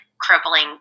crippling